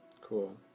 cool